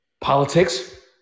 politics